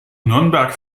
nürnberg